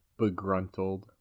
Begruntled